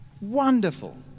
wonderful